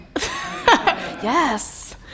Yes